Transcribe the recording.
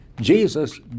Jesus